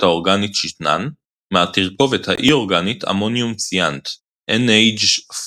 האורגנית שתנן מהתרכובת האי אורגנית אמוניום ציאנט NH4CNO,